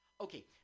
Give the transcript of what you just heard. Okay